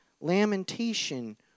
lamentation